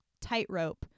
tightrope